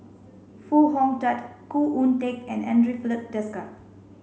Foo Hong Tatt Khoo Oon Teik and Andre Filipe Desker